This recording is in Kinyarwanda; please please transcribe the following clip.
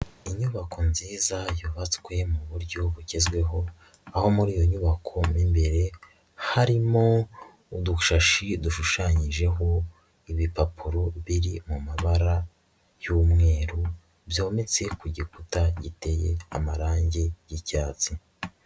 Inyubako nziza yubatswe mu buryo bugezweho, aho muri iyo nyubako mo imbere harimo udushashi dushushanyijeho ibipapuro biri mu mabara y'umweru byometse ku gikuta giteye amarangi y'icyatsi.